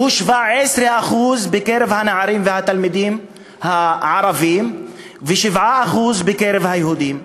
שהוא 17% בקרב הנערים והתלמידים הערבים ו-7% בקרב היהודים,